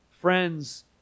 friends